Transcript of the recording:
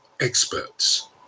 experts